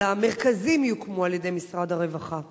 אבל המרכזים יוקמו על-ידי משרד הרווחה.